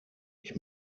ich